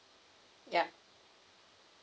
yeah